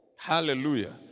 Hallelujah